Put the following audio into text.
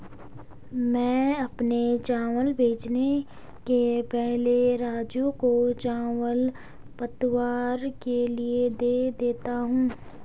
मैं अपने चावल बेचने के पहले राजू को चावल पतवार के लिए दे देता हूं